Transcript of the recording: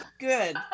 Good